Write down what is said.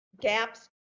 gaps